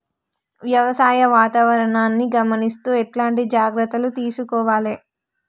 వ్యవసాయ వాతావరణాన్ని గమనిస్తూ ఎట్లాంటి జాగ్రత్తలు తీసుకోవాలే?